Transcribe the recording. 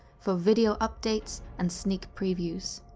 for video updates and sneak previews.